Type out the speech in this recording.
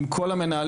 עם כל המנהלים,